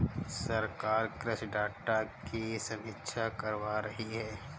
सरकार कृषि डाटा की समीक्षा करवा रही है